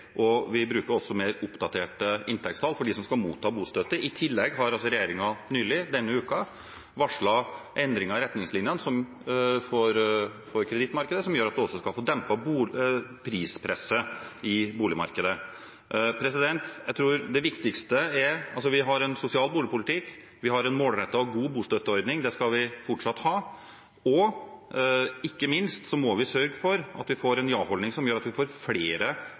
og vi bruker også mer oppdaterte inntektstall for dem som skal motta bostøtte. I tillegg har regjeringen denne uken varslet endringer i retningslinjene for kredittmarkedet, som også gjør at prispresset i boligmarkedet skal bli dempet. Vi har en sosial boligpolitikk. Vi har en målrettet og god bostøtteordning, og det skal vi fortsatt ha. Og ikke minst må vi sørge for at vi får en ja-holdning som gjør at vi får flere